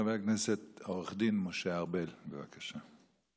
חבר הכנסת עו"ד משה ארבל, בבקשה.